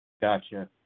gotcha